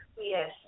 Yes